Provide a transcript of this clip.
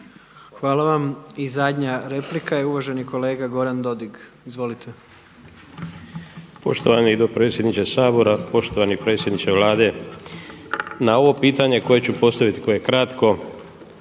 Hvala vam. I zadnja replika je uvaženi kolega Goran Dodig. Izvolite. **Dodig, Goran (HDS)** Poštovani dopredsjedniče Sabora. Poštovani predsjedniče Vlade, na ovo pitanje koje ću postaviti koje je kratko